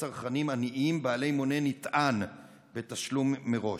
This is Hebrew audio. צרכנים עניים בעלי מונה נטען בתשלום מראש.